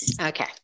Okay